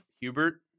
Hubert